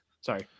Sorry